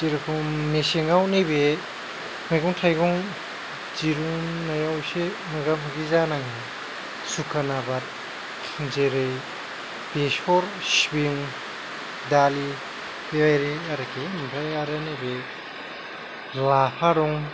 जेरैबादि मेसेङाव नैबे मैगं थाइगं दिरुनायाव एसे मोगा मोगि जानाङो सुखान आबाद जेरै बेसर सिबिं दालि बेबायदि आरोखि ओमफ्राय आरो नैबे लाफा दं